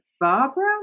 Barbara